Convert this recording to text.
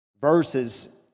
verses